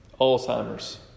Alzheimer's